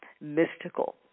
mystical